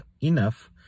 enough